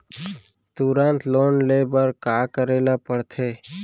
तुरंत लोन ले बर का करे ला पढ़थे?